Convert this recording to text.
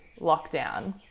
lockdown